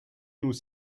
nous